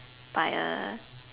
by a